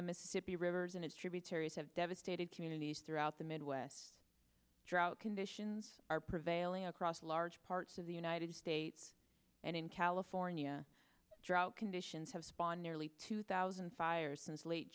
the mississippi rivers and its tributaries have devastated communities throughout the midwest drought conditions are prevailing across large parts of the united states and in california drought conditions have spawn nearly two thousand fires since late